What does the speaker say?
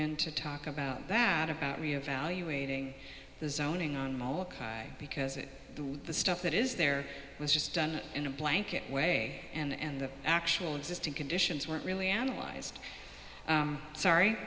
in to talk about that about reevaluating the zoning because it the stuff that is there was just done in a blanket way and the actual existing conditions weren't really analyzed sorry